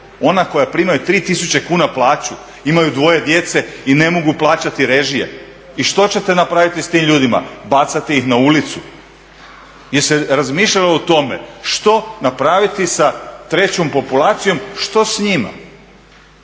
Ona koja primaju 3 000 kuna plaću, imaju dvoje djece i ne mogu plaćati režije? I što ćete napraviti s tim ljudima, bacati ih na ulicu? Je se razmišljalo o tome što napraviti sa trećom populacijom, što s njima?